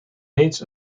reeds